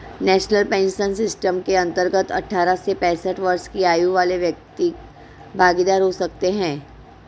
national pension system के अंतर्गत अठारह से पैंसठ वर्ष की आयु वाले व्यक्ति भागीदार हो सकते हैं